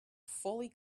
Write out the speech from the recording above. fully